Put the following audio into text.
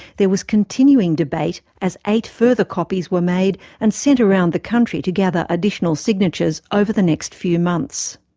there was continuing debate as eight further copies were made and sent around the country to gather additional signatures over the next few months.